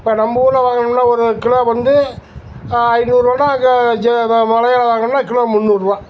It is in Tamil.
இப்போ நம்ம ஊரில் வாங்கணும்னா ஒரு கிலோ வந்து ஐந்நூறுபான்னா அங்கே மலையில் வாங்குனோம்னா கிலோ முந்நூறுபா